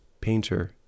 painter